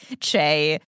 Che